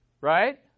Right